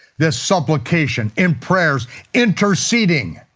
this supplication in prayers interceding